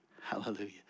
Hallelujah